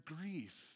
grief